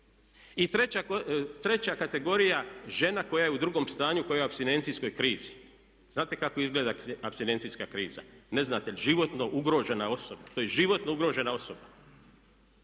I treća kategorija žena koja je u drugom stanju koja je u apstinencijskoj krizi. Znate kako izgleda apstinencijska kriza? Ne znate. Životno ugrožena osoba, to je životno ugrožena osoba.